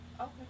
Okay